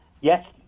yes